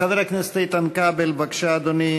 חבר הכנסת איתן כבל, בבקשה, אדוני.